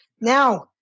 Now –